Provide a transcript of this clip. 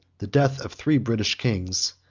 the death of three british kings,